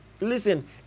listen